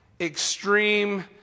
extreme